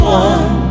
one